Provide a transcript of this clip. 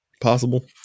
possible